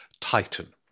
Titan